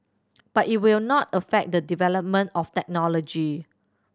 but it will not affect the development of technology